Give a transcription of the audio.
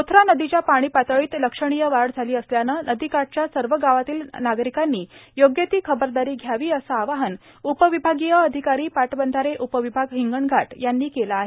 पोथरा नदीच्या पाणीपातळीत लक्षणीय वाढ झाली असल्याने नदीकाठाच्या सर्व गावातील नागरिकांनी योग्य ती खबरदारी घ्यावी असे आवाहन उपविभागीय अधिकारी पाटबंधारे उपविभाग हिंगणघाट यांनी केले आहे